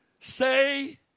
Say